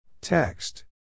Text